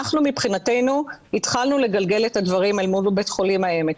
אנחנו מבחינתנו התחלנו לגלגל את הדברים בבית חולים העמק.